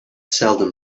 seldom